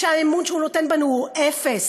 שהאמון שהוא נותן בנו הוא אפס.